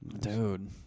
dude